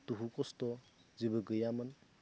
दुखु कस्त' जेबो गैयामोन